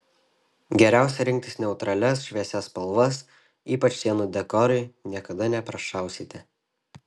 geriausia rinktis neutralias šviesias spalvas ypač sienų dekorui niekada neprašausite